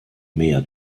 mehr